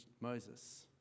Moses